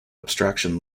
abstraction